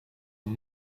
een